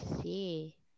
see